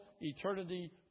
eternity